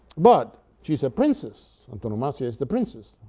but she's a princess, antonomasia is the princess,